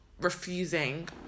refusing